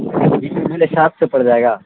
حساب سے پڑ جائے گا